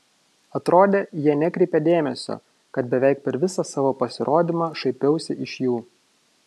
atrodė jie nekreipia dėmesio kad beveik per visą savo pasirodymą šaipiausi iš jų